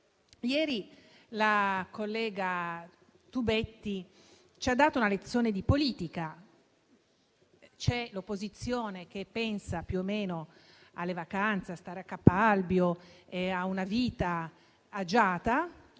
Ieri la collega Tubetti ci ha dato una lezione di politica: l'opposizione pensa alle vacanze, a stare a Capalbio e ad una vita agiata,